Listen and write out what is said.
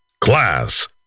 Class